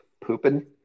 Pooping